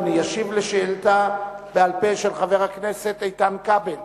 אדוני ישיב על שאילתא בעל-פה של חבר הכנסת איתן כבל,